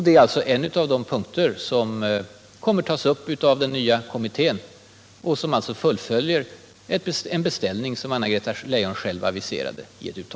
Det är en av de punkter som kommer att tas upp av den nya kommittén. Den fullföljer alltså i det avseendet en av Anna-Greta